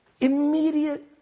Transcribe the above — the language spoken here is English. immediate